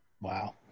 Wow